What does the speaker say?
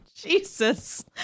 Jesus